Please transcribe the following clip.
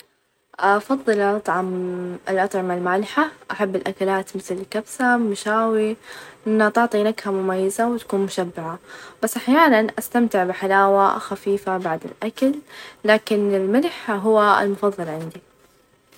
-الرياض-الرياضات اللي تتطلب أكثر قوة بدنية مثل: رفع الأثقالكرة القدم؛ لأنها تحتاج جهد عالي ،وتحمل ،أما الرياضات اللي تتطلب أقل قوة بدنية فهي مثل: المشي، ويوقا يعني حيث تركز أكثر على المرونة والاسترخاء.